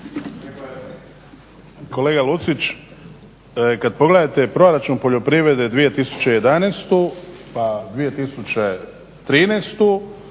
Kolega Lucić, kada pogledate proračun poljoprivrede 2011. pa 2013.,